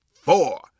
four